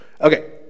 Okay